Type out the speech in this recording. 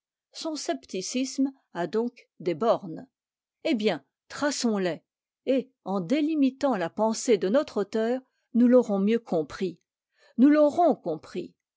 son scepticisme a donc des bornes eh bien traçons les et en délimitant la pensée de notre auteur nous l'aurons mieux compris nous l'aurons compris